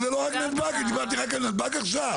לא דיברתי רק על נתב"ג עכשיו.